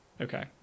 Okay